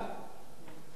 צריך להבין,